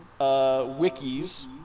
wikis